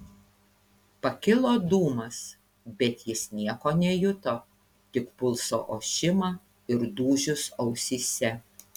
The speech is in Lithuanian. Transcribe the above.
pakilo dūmas bet jis nieko nejuto tik pulso ošimą ir dūžius ausyse